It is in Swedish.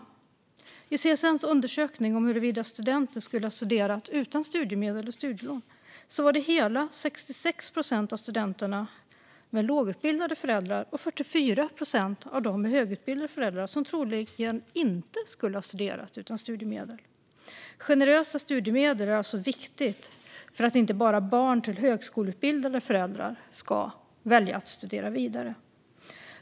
Enligt CSN:s undersökning om huruvida studenter skulle ha studerat utan studiemedel och studielån var det hela 66 procent av studenterna med lågutbildade föräldrar och 44 procent av dem med högutbildade föräldrar som troligen inte skulle ha studerat utan studiemedel. Generösa studiemedel är alltså viktigt för att inte bara barn till högskoleutbildade föräldrar ska välja att studera vidare.